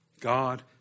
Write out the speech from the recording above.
God